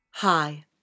Hi